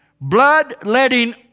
blood-letting